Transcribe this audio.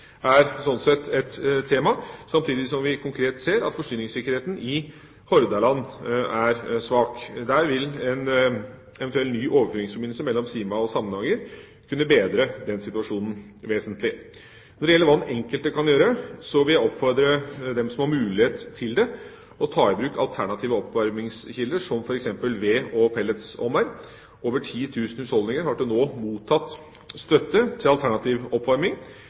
er sånn sett et tema, samtidig som vi konkret ser at forsyningssikkerheten i Hordaland er svak. Der vil en eventuell ny overføringsforbindelse mellom Sima og Samnanger kunne bedre den situasjonen vesentlig. Når det gjelder hva den enkelte kan gjøre, vil jeg oppfordre dem som har mulighet til det, til å ta i bruk alternative oppvarmingskilder som f.eks. ved- og pelletsovner. Over 10 000 husholdninger har til nå mottatt støtte til alternativ oppvarming.